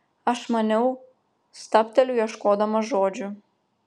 aš maniau stabteliu ieškodama žodžių